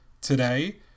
Today